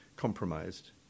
compromised